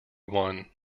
one